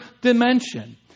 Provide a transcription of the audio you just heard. dimension